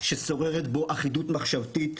ששוררת בו אחידות מחשבתית.